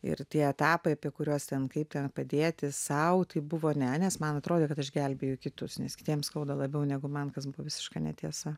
ir tie etapai apie kuriuos ten kaip ten padėti sau tai buvo ne nes man atrodė kad aš gelbėju kitus nes kitiem skauda labiau negu man kas buvo visiška netiesa